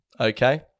okay